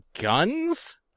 guns